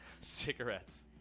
cigarettes